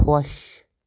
خۄش